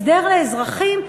הסדר לאזרחים?